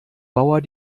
bauer